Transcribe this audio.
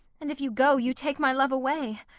and if you go you take my love away.